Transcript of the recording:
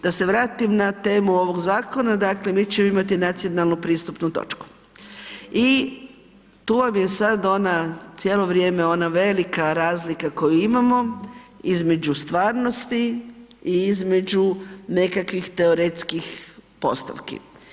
Da se vratim na temu ovog zakona, dakle mi ćemo imati nacionalnu pristupnu točku i tu vam je sad ona, cijelo vrijeme ona velika razlika koju imamo između stvarnosti i između nekakvih teoretskih postavki.